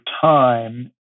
time